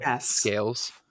scales